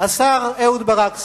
השר אהוד ברק,